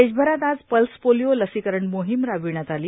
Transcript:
देशभरात आज pulse polio लसीकरण मोहिम राबवण्यात आली